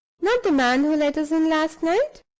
not the man who let us in last night?